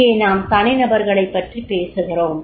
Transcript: இங்கே நாம் தனிநபர்களைப் பற்றி பேசுகிறோம்